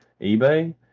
eBay